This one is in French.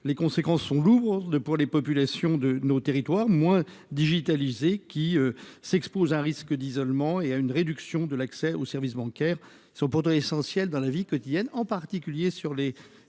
les conséquences sont lourdes pour les populations de nos territoires moi digitalisée qui s'expose à un risque d'isolement et à une réduction de l'accès aux services bancaires sont pourtant essentiels dans la vie quotidienne, en particulier sur les